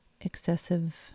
excessive